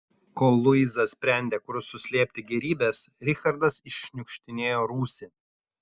kol luiza sprendė kur suslėpti gėrybes richardas iššniukštinėjo rūsį